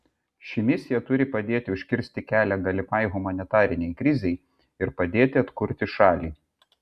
ši misija turi padėti užkirsti kelią galimai humanitarinei krizei ir padėti atkurti šalį